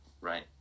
right